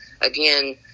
again